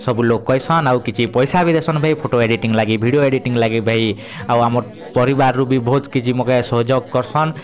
ସବୁ ଲୋକ୍ କହେସନ୍ ଆଉ କିଛି ପଏସା ବି ଦେସନ୍ ଭାଇ ଫୋଟୋ ଏଡ଼ିଟିଙ୍ଗ୍ ଲାଗି ଭିଡ଼ିଓ ଏଡ଼ିଟିଙ୍ଗ୍ ଲାଗି ଭାଇ ଆଉ ଆମର୍ ପରିବାର ରୁ ବି ବହୁତ୍ କିଛି ମକେ ସହଯୋଗ କରସନ୍